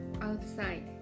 outside